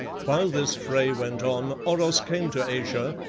while this fray went on, oros came to ayesha,